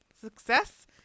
Success